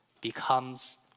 becomes